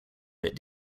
bit